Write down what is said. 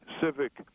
civic